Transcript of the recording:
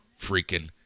freaking